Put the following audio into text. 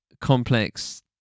complex